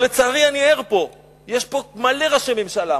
אבל לצערי, אני ער פה, יש פה מלא ראשי ממשלה.